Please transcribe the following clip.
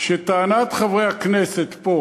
שטענת חברי הכנסת פה,